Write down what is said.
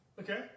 Okay